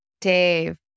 Dave